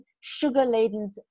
sugar-laden